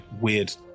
weird